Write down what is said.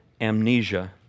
amnesia